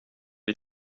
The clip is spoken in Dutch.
die